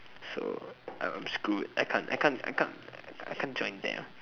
so I'm screwed I can't I can't I can't I can't join them